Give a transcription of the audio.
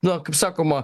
na kaip sakoma